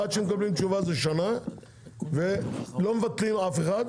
עד שמקבלים תשובה זה שנה ולא מבטלים אף דוח.